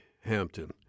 Hampton